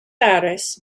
aires